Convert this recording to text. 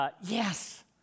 yes